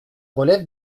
relève